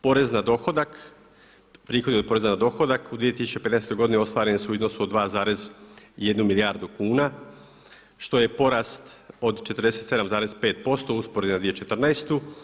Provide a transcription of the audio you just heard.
Porez na dohodak, prihodi od poreza na dohodak u 2015. godini ostvareni su u iznosu od 2,1 milijardu kuna što je porast od 47,5% u usporedbi na 2014.